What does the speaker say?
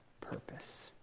purpose